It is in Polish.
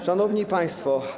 Szanowni Państwo!